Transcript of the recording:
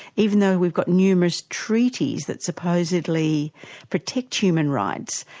even though we've got numerous treaties that supposedly protect human rights,